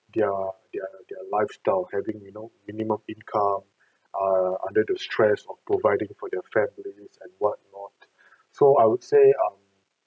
their their their lifestyle having you know minimum income uh under the stress of providing for their families and what not so I would say um